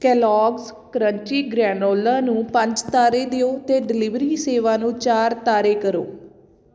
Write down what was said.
Kellogg's crunchy granola ਨੂੰ ਪੰਜ ਤਾਰੇ ਦਿਓ ਅਤੇ ਡਿਲੀਵਰੀ ਸੇਵਾ ਨੂੰ ਚਾਰ ਤਾਰੇ ਕਰੋ